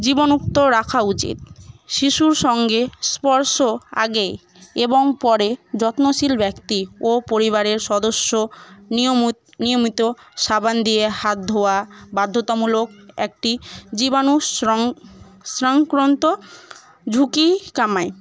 জীবাণু মুক্ত রাখা উচিত শিশুর সঙ্গে স্পর্শের আগেই এবং পরে যত্নশীল ব্যক্তি ও পরিবারের সদস্য নিয়ম নিয়মিত সাবান দিয়ে হাত ধোয়া বাধ্যতামূলক একটি জীবাণু সংক্রান্ত ঝুঁকি কমায়